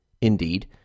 Indeed